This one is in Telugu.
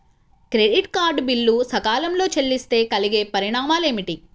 క్రెడిట్ కార్డ్ బిల్లు సకాలంలో చెల్లిస్తే కలిగే పరిణామాలేమిటి?